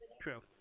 True